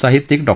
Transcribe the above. साहित्यिक डॉ